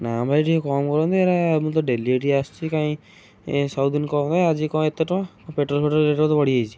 ନା ଭାଇ ଟିକେ କମ୍ କରନ୍ତୁ ଏଡ଼ା ମୁଁ ତ ଡେଲି ଏଠିକି ଆସୁଛି କାଇଁ ସବୁଦିନ କମ୍ ହୁଏ ଆଜି କ'ଣ ଏତେ ଟଙ୍କା ପେଟ୍ରୋଲ ଫେଟ୍ରୋଲ ରେଟ୍ ବୋଧେ ବଢ଼ିଯାଇଛି